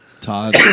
Todd